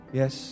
yes